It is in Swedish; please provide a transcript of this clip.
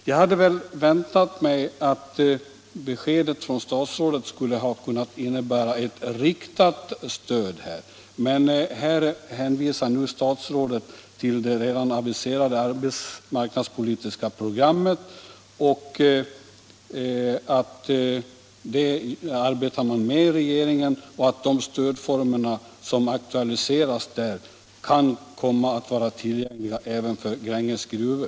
Jag hade väntat mig att beskedet från statsrådet skulle ha kunnat innebära ett riktat stöd, men statsrådet hänvisar bara till det redan aviserade arbetsmarknadspolitiska programmet och till att de stödformer som aktualiseras där kan vara tillgängliga även för Gränges Gruvor.